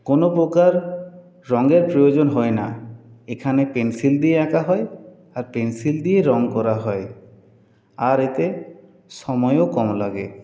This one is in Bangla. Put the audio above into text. কোনো প্রকার রঙের প্রয়োজন হয় না এখানে পেন্সিল দিয়ে আঁকা হয় আর পেন্সিল দিয়ে রং করা হয় আর এতে সময়ও কম লাগে